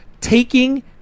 taking